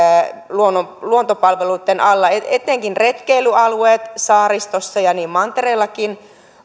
luontopalveluitten alla etenkin retkeilyalueet saaristossa ja mantereellakin